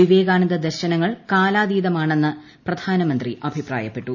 വിവേകാനന്ദ ദർശനങ്ങൾ കലാതീതമാണെന്ന് പ്രധാനമന്ത്രി അഭിപ്രായിപ്പെട്ടു